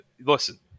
Listen